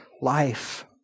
life